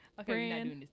Okay